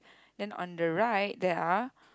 then on the right there are